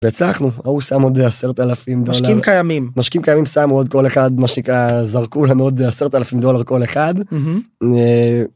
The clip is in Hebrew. הצלחנו ההוא שם עוד 10,000 דולר משקיעים קיימים משקיעים קיימים שם עוד כל אחד, מה שנקרא, זרקו לנו עוד 10,000 דולר כל אחד.